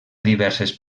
diverses